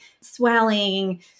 swelling